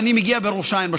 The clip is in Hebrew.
מגיע לראש העין,